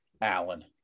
Allen